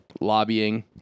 lobbying